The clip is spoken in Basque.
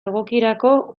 egokirako